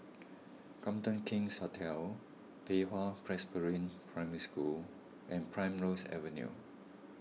Copthorne King's Hotel Pei Hwa Presbyterian Primary School and Primrose Avenue